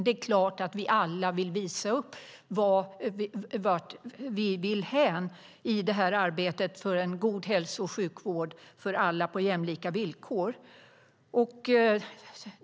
Det är klart att vi alla vill visa upp vart vi vill hän i arbetet för en god hälso och sjukvård för alla på jämlika villkor.